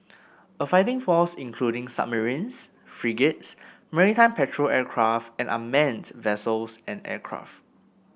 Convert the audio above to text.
a fighting force including submarines frigates maritime patrol aircraft and unmanned vessels and aircraft